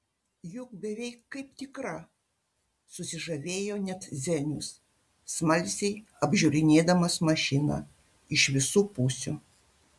juk beveik kaip tikra susižavėjo net zenius smalsiai apžiūrinėdamas mašiną iš visų pusių